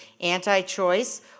anti-choice